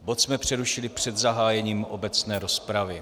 Bod jsme přerušili před zahájením obecné rozpravy.